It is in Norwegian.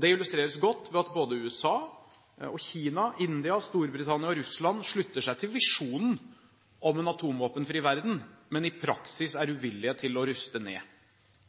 Det illustreres godt ved at både USA, Kina, India, Storbritannia og Russland slutter seg til visjonen om en atomvåpenfri verden, men i praksis er uvillige til å ruste ned.